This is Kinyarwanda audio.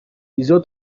izo